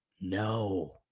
no